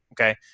Okay